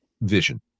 vision